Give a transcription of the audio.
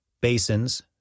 basins